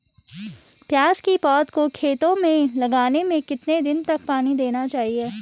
प्याज़ की पौध को खेतों में लगाने में कितने दिन तक पानी देना चाहिए?